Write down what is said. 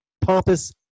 pompous